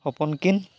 ᱦᱚᱯᱚᱱ ᱠᱤᱱ